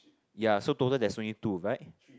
ya so total there's only two right